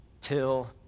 till